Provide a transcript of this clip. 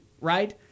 right